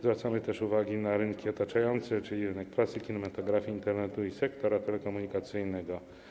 Zwracamy też uwagę na rynki otaczające, czyli rynek prasy, kinematografii, Internetu i sektora telekomunikacyjnego.